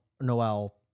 Noel